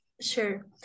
Sure